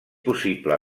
possible